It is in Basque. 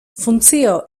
funtzio